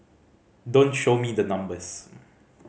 don't show me the numbers